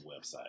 website